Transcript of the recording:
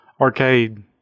arcade